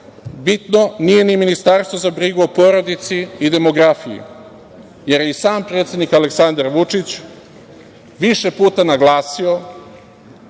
bitno nije ni Ministarstvo za brigu o porodici i demografiju, jer je i sam predsednik Aleksandar Vučić više puta naglasio